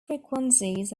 frequencies